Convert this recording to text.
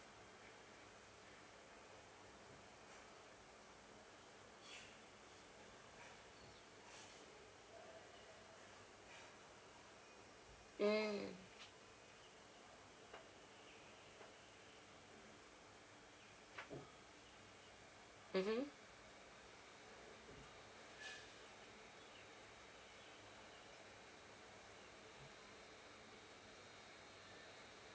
mm mmhmm